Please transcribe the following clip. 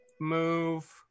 move